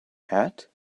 hat